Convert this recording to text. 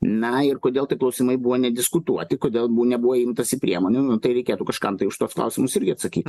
na ir kodėl tie klausimai buvo nediskutuoti kodėl bu nebuvo imtasi priemonių nu tai reikėtų kažkam tai už tuos klausimus irgi atsakyt